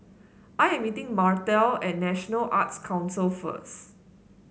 I am meeting Martell at National Arts Council first